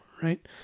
Right